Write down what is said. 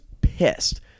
pissed